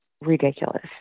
ridiculous